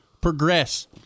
progress